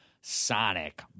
Sonic